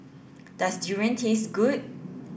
does durian taste good